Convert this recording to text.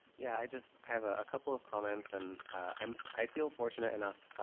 yeah. i just i have a couple of comments and um i feel fortunate enough